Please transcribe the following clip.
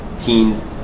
teens